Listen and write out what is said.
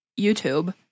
YouTube